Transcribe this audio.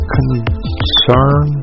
Concern